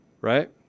right